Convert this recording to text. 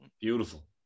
Beautiful